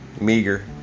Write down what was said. meager